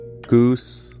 Goose